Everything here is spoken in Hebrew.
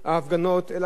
אלא גם אחר כך,